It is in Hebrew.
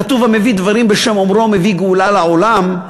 כתוב: המביא דברים בשם אומרם מביא גאולה לעולם,